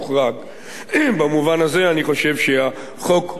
במובן הזה אני חושב שהחוק הוא מידתי.